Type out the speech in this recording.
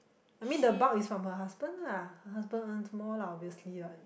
I mean the bulk is from her husband lah her husband earns more lah obviously one